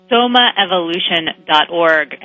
SomaEvolution.org